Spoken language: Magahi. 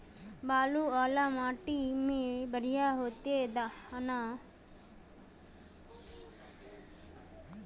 बालू वाला माटी में बढ़िया होते दाना?